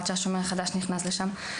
עד ש- ׳השומר החדש׳ נכנס לשם.